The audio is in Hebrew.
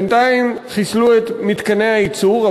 בינתיים חיסלו את מתקני הייצור,